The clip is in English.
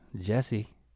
Jesse